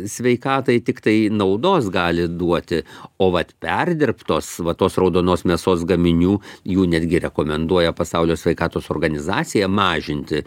sveikatai tiktai naudos gali duoti o vat perdirbtos va tos raudonos mėsos gaminių jų netgi rekomenduoja pasaulio sveikatos organizacija mažinti